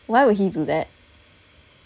why would he do that